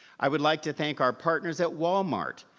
i would like to thank our partners at walmart,